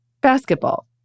basketball